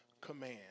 command